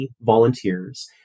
volunteers